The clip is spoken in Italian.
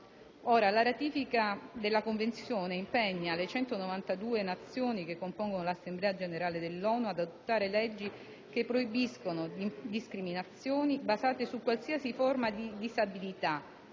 Ora, la ratifica della Convenzione impegna le 192 Nazioni che compongono l'Assemblea generale dell'ONU ad adottare leggi che proibiscano discriminazioni basate su qualsiasi forma di disabilità,